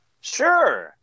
Sure